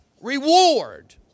reward